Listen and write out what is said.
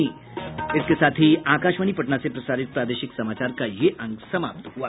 इसके साथ ही आकाशवाणी पटना से प्रसारित प्रादेशिक समाचार का ये अंक समाप्त हुआ